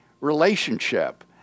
relationship